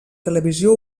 televisió